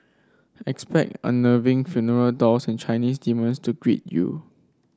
expect unnerving funeral dolls and Chinese demons to greet you